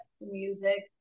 Music